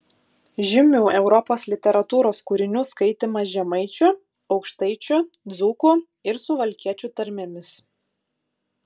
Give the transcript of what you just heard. žymių europos literatūros kūrinių skaitymas žemaičių aukštaičių dzūkų ir suvalkiečių tarmėmis